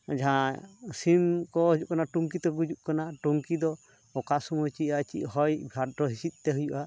ᱡᱟᱦᱟᱸᱭ ᱥᱤᱢ ᱠᱚ ᱦᱩᱭᱩᱜ ᱠᱟᱱᱟ ᱴᱩᱱᱠᱤ ᱛᱮᱭ ᱜᱩᱡᱩᱜ ᱠᱟᱱᱟ ᱴᱩᱱᱠᱤ ᱫᱚ ᱚᱠᱟ ᱥᱚᱢᱚᱭ ᱪᱮᱫᱼᱟᱜ ᱪᱮᱫ ᱦᱚᱭ ᱵᱷᱟᱨᱰᱳ ᱦᱤᱸᱥᱤᱫ ᱛᱮ ᱦᱩᱭᱩᱜᱼᱟ